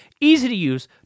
easy-to-use